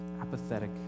apathetic